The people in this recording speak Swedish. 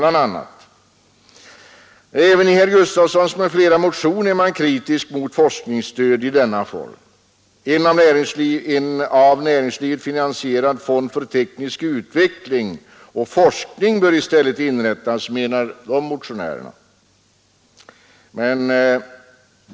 Även i motionen av herr Gustafsson i Barkarby m.fl. är man kritisk mot forskningsstöd i denna form. En av näringslivet finansierad fond för teknisk utveckling och forskning bör i stället inrättas, menar motionärerna.